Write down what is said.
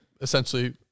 essentially